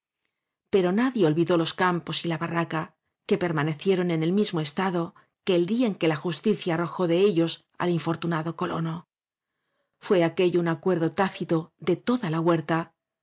pero nadie olvidó los campos y la barraca que permanecieron en el mismo estado que el adía en que la justicia arrojó de ellos al infortu nado colono fué aquello un acuerdo tácito de toda la huerta